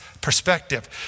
perspective